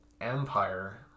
empire